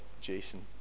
Jason